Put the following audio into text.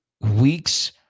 Weeks